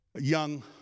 young